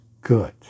good